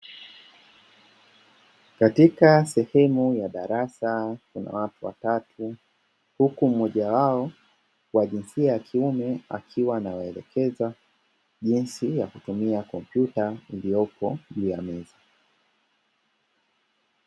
Katika sehemu ya darasa kuna watu watatu, huku mmoja wao wa jinsia ya kiume akiwa anawaelekeza jinsi ya kitumia kompyuta iliyoko juu ya meza.